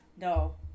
no